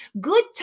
Good